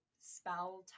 spell